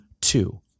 two